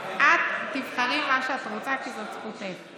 את תבחרי מה שאת רוצה, כי זאת זכותך.